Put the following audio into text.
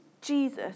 Jesus